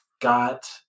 got